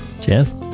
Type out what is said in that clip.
Cheers